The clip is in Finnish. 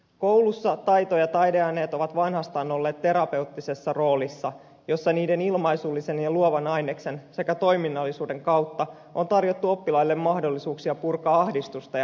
koulussa taito ja taideaineet ovat vanhastaan olleet terapeuttisessa roolissa jossa niiden ilmaisullisen ja luovan aineksen sekä toiminnallisuuden kautta on tarjottu oppilaille mahdollisuuksia purkaa ahdistusta ja painetta